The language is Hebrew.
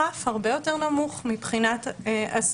זה רף הרבה יותר נמוך מבחינת הסנגור.